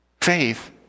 Faith